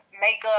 makeup